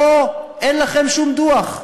פה אין לכם שום דוח.